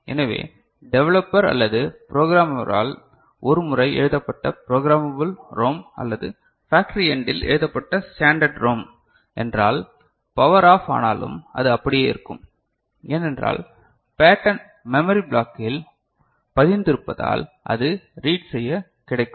எனவே டெவலப்பர் அல்லது புரோகிராமரால் ஒரு முறை எழுதுப்பட்ட ப்ரோக்ராமபல் ரோம் அல்லது ஃபேக்டரி எண்டில் எழுதப்பட்ட ஸ்டாண்டர்ட் ரோம் என்றால் பவர் ஆஃப் ஆனாலும் அது அப்படியே இருக்கும் ஏனென்றால் பேட்டர்ன் மெமரி பிளாக்கில் பதிந்திருப்பதால் அது ரீட் செய்ய கிடைக்கும்